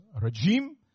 regime